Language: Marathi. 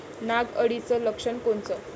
नाग अळीचं लक्षण कोनचं?